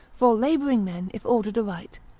for labouring men if ordered aright,